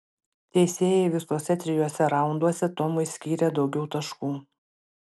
teisėjai visuose trijuose raunduose tomui skyrė daugiau taškų